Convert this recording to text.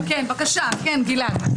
בבקשה, גלעד.